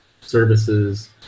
services